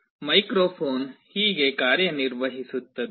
microphone ಹೀಗೆ ಕಾರ್ಯನಿರ್ವಹಿಸುತ್ತದೆ